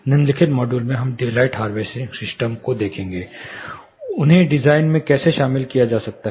निम्नलिखित मॉड्यूल में हम डेलाइट हार्वेस्टिंग सिस्टम को देखेंगे और उन्हें डिजाइन में कैसे शामिल किया जा सकता है